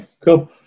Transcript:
Cool